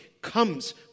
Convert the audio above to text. comes